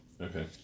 Okay